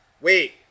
Wait